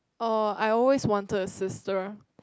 oh I always wanted a sister